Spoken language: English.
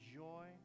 joy